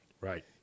Right